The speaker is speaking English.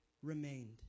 Remained